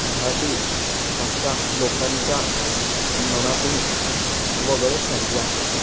मराठी भाषा लोकांच्या मनातून वगळत चालली आहे